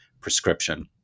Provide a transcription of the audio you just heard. prescription